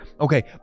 Okay